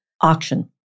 auction